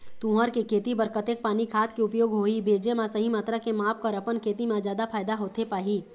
तुंहर के खेती बर कतेक पानी खाद के उपयोग होही भेजे मा सही मात्रा के माप कर अपन खेती मा जादा फायदा होथे पाही?